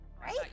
Right